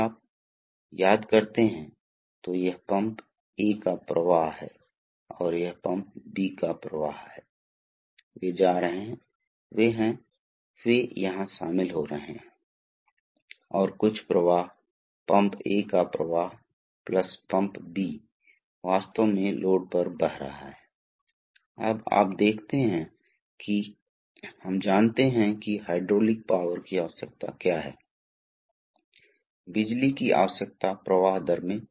तो आप दिलचस्प तरीके देखेंगे हमें इसे देखना चाहिए हमने स्कूल में भी यह सीखा है अगर हम ऐसा करते हैं तो आप देखते हैं कि अगर हम लागू करते हैं हम इसका बहुत ही प्राथमिक उदाहरण देते हैं जो हमारे पास है जो कि हाइड्रोलिक प्रेस का मूल सिद्धांत है जो पहले हाइड्रोलिक मशीनों में से एक था